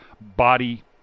body